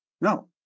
No